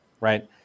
right